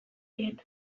diet